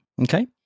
Okay